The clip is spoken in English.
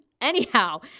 anyhow –